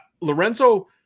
Lorenzo